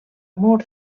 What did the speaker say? mur